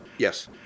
Yes